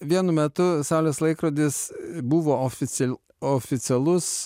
vienu metu saulės laikrodis buvo oficial oficialus